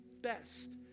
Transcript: best